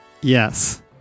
Yes